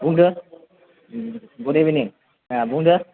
बुंदो good evening बुंदो